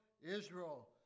Israel